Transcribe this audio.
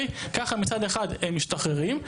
כך שמצד אחד הם משתחררים,